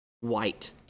white